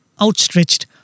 outstretched